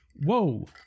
Whoa